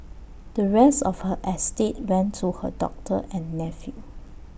the rest of her estate went to her doctor and nephew